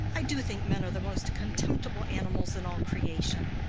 i do think men are the most contemptible animals in all creation.